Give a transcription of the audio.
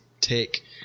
take